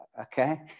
Okay